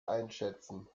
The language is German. einschätzen